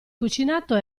cucinato